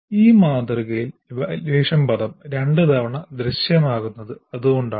ഈ മാതൃകയിൽ ഇവാല്യുവേഷൻ പദം രണ്ടുതവണ ദൃശ്യമാകുന്നത് അതുകൊണ്ടാണ്